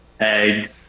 eggs